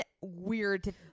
weird